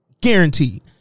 Guaranteed